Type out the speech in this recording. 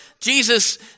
jesus